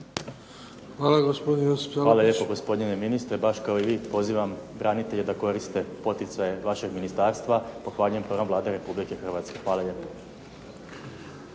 **Salapić, Josip (HDZ)** Hvala lijepo gospodine ministre. Baš kao i vi pozivam branitelje da koriste poticaje vašeg ministarstva. Pohvaljujem program Vlada Republike Hrvatske. Hvala lijepo.